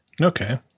Okay